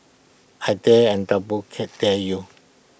I dare and double dare you